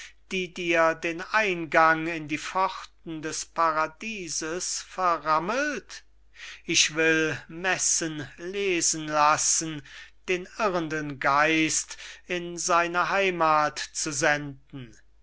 die dir den eingang in die pforten des paradieses verrammelt ich will messen lesen lassen den irrenden geist in seine heymath zu senden